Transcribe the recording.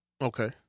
Okay